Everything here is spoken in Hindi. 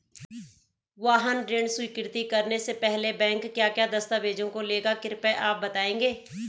वाहन ऋण स्वीकृति करने से पहले बैंक क्या क्या दस्तावेज़ों को लेगा कृपया आप बताएँगे?